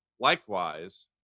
Likewise